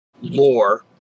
lore